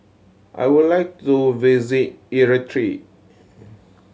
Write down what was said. I would like to visit Eritrea